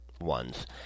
ones